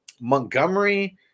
Montgomery